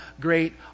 great